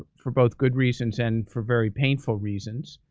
for both good reasons and for very painful reasons.